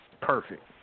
Perfect